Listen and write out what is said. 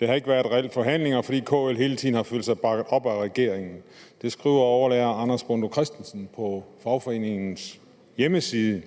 Der har ikke været reelle forhandlinger, fordi KL hele tiden har følt sig bakket op af regeringen.« Det skriver overlærer Anders Bondo Christensen på fagforeningens hjemmeside.